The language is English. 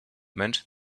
meant